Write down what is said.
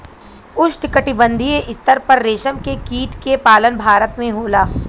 उष्णकटिबंधीय स्तर पर रेशम के कीट के पालन भारत में होला